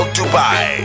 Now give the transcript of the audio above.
Dubai